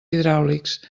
hidràulics